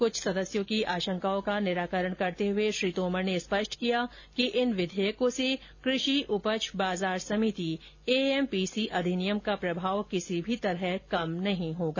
कुछ सदस्यों की आशंकाओं का निराकरण करते हुए श्री तोमर ने स्पष्ट किया कि इन विधेयकों से कृषि उपज बाजार समिति एएमपीसी अधिनियम का प्रभाव किसी भी तरह कम नहीं होगा